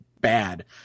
bad